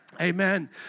Amen